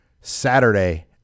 saturday